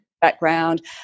background